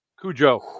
Cujo